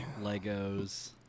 legos